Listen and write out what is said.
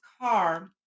car